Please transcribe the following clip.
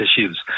issues